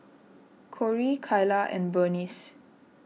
Corie Kyla and Burnice